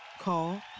Call